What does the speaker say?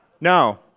No